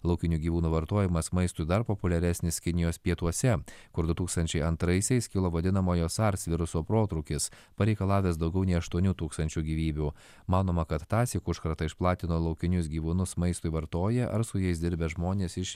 laukinių gyvūnų vartojamas maistui dar populiaresnis kinijos pietuose kur du tūkstančiai antraisiais kilo vadinamojo sars viruso protrūkis pareikalavęs daugiau nei aštuonių tūkstančių gyvybių manoma kad tąsyk užkratą išplatino laukinius gyvūnus maistui vartoję ar su jais dirbę žmonės iš